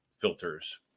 filters